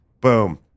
boom